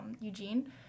Eugene